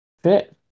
fit